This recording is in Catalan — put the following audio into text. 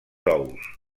ous